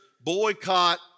boycott